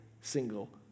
single